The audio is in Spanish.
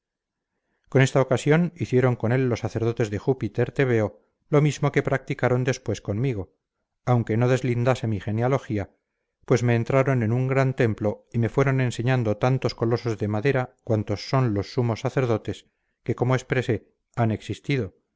con esta ocasión hicieron con él los sacerdotes de júpiter tebeo lo mismo que practicaron después conmigo aunque no deslindase mi genealogía pues me entraron en un gran templo y me fueron enseñando tantos colosos de madera cuantos son los sumos sacerdotes que como expresé han existido